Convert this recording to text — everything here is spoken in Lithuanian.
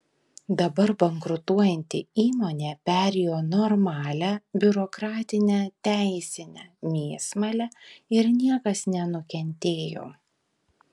dabar bankrutuojanti įmonė perėjo normalią biurokratinę teisinę mėsmalę ir niekas nenukentėjo